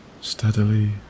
steadily